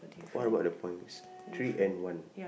what about the points three and one